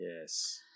Yes